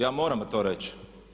Ja moram to reći.